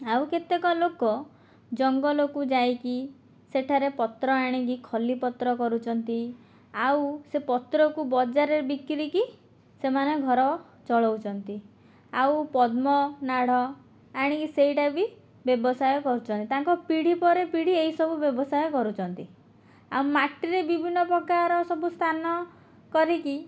ଆଉ କେତେକ ଲୋକ ଜଙ୍ଗଲକୁ ଯାଇକି ସେଠାରେ ପତ୍ର ଆଣିକି ଖଲି ପତ୍ର କରୁଛନ୍ତି ଆଉ ସେ ପତ୍ରକୁ ବଜାରରେ ବିକ୍ରିକି ସେମାନେ ଘର ଚଳାଉଛନ୍ତି ଆଉ ପଦ୍ମନାଡ଼ ଆଣିକି ସେଇଟା ବି ବ୍ୟବସାୟ କରୁଛନ୍ତି ତାଙ୍କ ପିଢ଼ି ପରେ ପିଢ଼ି ଏହି ସବୁ ବ୍ୟବସାୟ କରୁଛନ୍ତି ଆଉ ମାଟିରେ ବିଭିନ୍ନ ପ୍ରକାର ସବୁ ସ୍ଥାନ କରିକି